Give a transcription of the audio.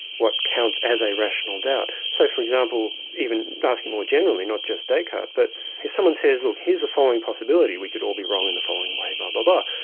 what counts as a rational doubt? so for example, even asking more generally, not just descartes, but if someone says look, here's the following possibility, we could all be wrong in the following way, blah-blah-blah.